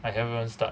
I haven't even start